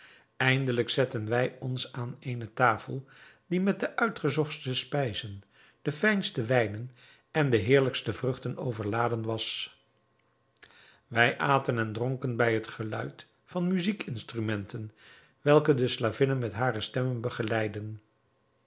eindelijk zetten wij ons aan eene tafel die met de uitgezochtste spijzen de fijnste wijnen en de heerlijkste vruchten overladen was wij aten en dronken bij het geluid van muzijk instrumenten welke de slavinnen met hare stemmen begeleidden